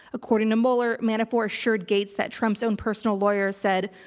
according to mueller manafort assured gates that trump's own personal lawyer said,